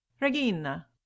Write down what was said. Regina